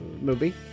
movie